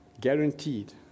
guaranteed